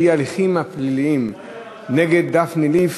שהיא: ההליכים הפליליים נגד דפני ליף,